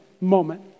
moment